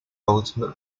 ultimate